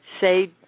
say